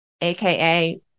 AKA